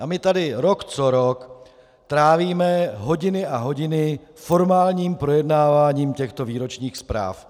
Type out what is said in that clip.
A my tady rok co rok trávíme hodiny a hodiny formálním projednáváním těchto výročních zpráv.